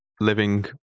living